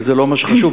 כי זה לא מה שחשוב,